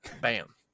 bam